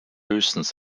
höchstens